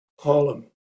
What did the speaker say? column